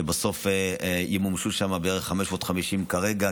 בסוף ימומשו שם בערך 550 כרגע,